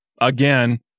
again